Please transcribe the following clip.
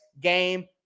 Game